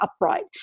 upright